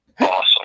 Awesome